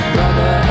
Brother